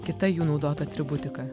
kita jų naudota atributika